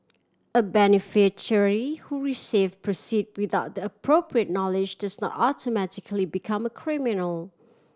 a beneficiary who receive proceed without the appropriate knowledge does not automatically become a criminal